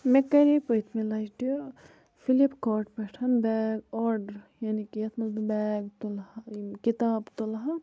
مےٚ کَرے پٔتمہِ لَٹہِ فِلِپ کاٹ پٮ۪ٹھ بیگ آرڈَر یعنی کہِ یَتھ منٛز بہٕ بیگ تُلہٕ ہا یِم کِتاب تُلہٕ ہا